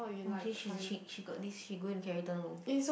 oh she she she got this she going to carry